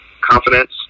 confidence